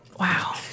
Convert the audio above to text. Wow